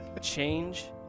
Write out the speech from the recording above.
Change